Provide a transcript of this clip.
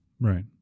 Right